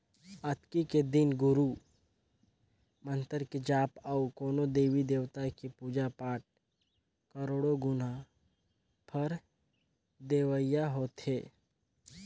अक्ती के दिन गुरू मंतर के जाप अउ कोनो देवी देवता के पुजा पाठ करोड़ो गुना फर देवइया होथे